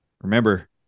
Remember